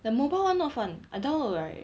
the mobile one not fun I download right